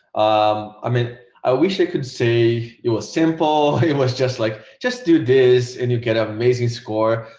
um i mean i wish i could say it was simple it was just like just do this and you get an amazing score.